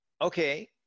okay